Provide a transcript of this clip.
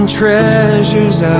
treasures